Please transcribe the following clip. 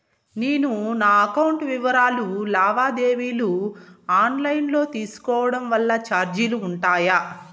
నేను నా అకౌంట్ వివరాలు లావాదేవీలు ఆన్ లైను లో తీసుకోవడం వల్ల చార్జీలు ఉంటాయా?